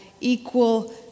equal